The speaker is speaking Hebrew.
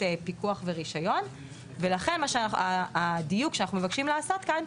פיקוח ורישיון ולכן הדיוק שאנחנו מבקשים לעשות כאן,